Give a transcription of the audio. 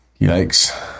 yikes